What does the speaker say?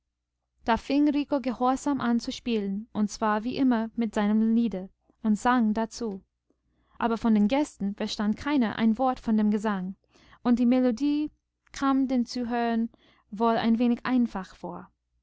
da fing rico gehorsam an zu spielen und zwar wie immer mit seinem liede und sang dazu aber von den gästen verstand keiner ein wort von dem gesang und die melodie kam den zuhörern wohl ein wenig einfach vor